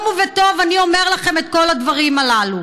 ובטוב אני אומר לכם את כל הדברים הללו.